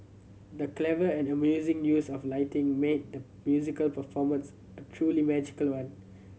the clever and amazing use of lighting made the musical performance a truly magical one